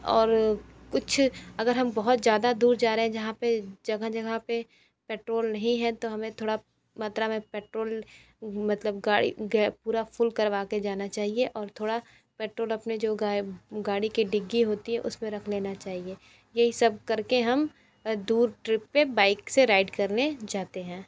और कुछ अगर हम बहुत ज़्यादा दूर जा रहे हैं जहाँ पर जगह जगह पर पेट्रोल नहीं है तो हमें थोड़ी मात्रा में पेट्रोल मतलब गाड़ी पूरी फ़ुल करवा के जाना चाहिए और थोड़ा पेट्रोल अपने जो गाड़ी के डिग्गी होती है उस में रख लेना चाहिए यही सब कर के हम दूर ट्रिप पर बाइक से राइड करने जाते हैं